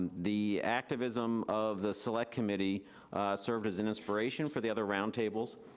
the activism of the select committee served as an inspiration for the other roundtables,